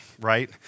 right